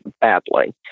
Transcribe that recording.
badly